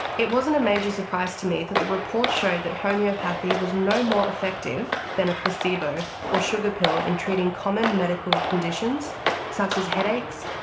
it wasn't a major surprise to me that the report showed that homeopathy was no more effective than a placebo, or sugar pill in treating common medical conditions such as headaches,